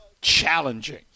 challenging